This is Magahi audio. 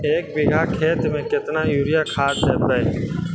एक बिघा खेत में केतना युरिया खाद देवै?